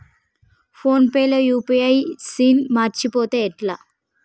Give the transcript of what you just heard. Phone pay లో UPI PIN మరచిపోతే ఎట్లా?